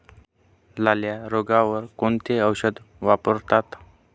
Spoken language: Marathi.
लाल्या रोगावर कोणते औषध वापरतात?